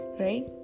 right